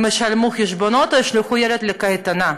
האם הם ישלמו חשבונות, או ישלחו ילד לקייטנה?